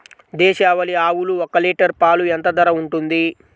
దేశవాలి ఆవులు ఒక్క లీటర్ పాలు ఎంత ధర ఉంటుంది?